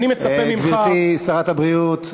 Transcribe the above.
אני מצפה ממך, גברתי שרת הבריאות,